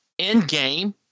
Endgame